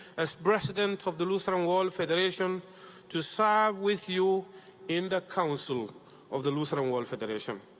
as president of the lutheran world federation to serve with you in the council of the lutheran world federation.